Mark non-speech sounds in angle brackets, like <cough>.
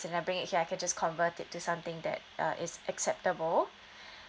and I bring it here I can just convert it to something that uh it's acceptable <breath>